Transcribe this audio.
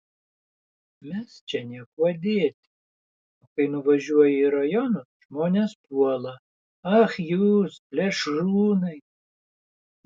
mes čia niekuo dėti o kai nuvažiuoji į rajonus žmonės puola ach jūs plėšrūnai